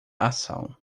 ação